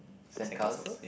sandcastles